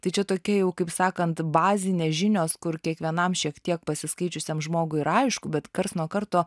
tai čia tokia jau kaip sakant bazinės žinios kur kiekvienam šiek tiek pasiskaičiusiam žmogui ir aišku bet karts nuo karto